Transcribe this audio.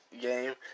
game